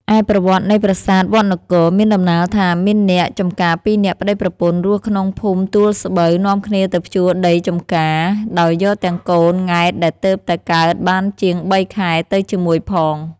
ឯប្រវត្តិនៃ ប្រាសាទវត្ដនគរ មានដំណាលថា មានអ្នកចម្ការពីរនាក់ប្តីប្រពន្ធ រស់ក្នុងភូមិទួលស្បូវ នាំគ្នាទៅភ្ជួរដីចម្ការ ដោយយកទាំងកូនង៉ែតដែលទើបតែកើតបានជាងបីខែទៅជាមួយផង។